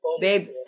Babe